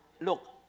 look